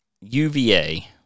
UVA